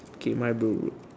okay my bro